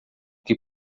que